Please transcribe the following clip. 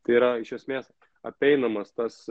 tai yra iš esmės apeinamas tas